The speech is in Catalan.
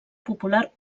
popular